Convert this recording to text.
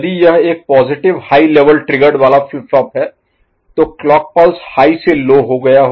यदि यह एक पॉजिटिव हाई लेवल ट्रिगर्ड वाला फ्लिप फ्लॉप है तो क्लॉक पल्स हाई से लो हो गया हो